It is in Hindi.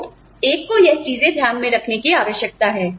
तो आपको पता है एक को यह चीजें ध्यान में रखने की आवश्यकता है